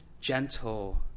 gentle